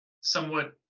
somewhat